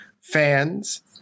fans